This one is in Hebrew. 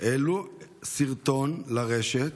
העלו סרטון לרשת